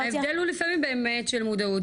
--- ההבדל הוא לפעמים באמת של מודעות,